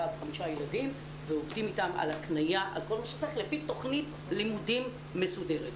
5 ילדים ועובדים איתם על כל מה שצריך לפי תכנית לימודים מסודרת.